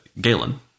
Galen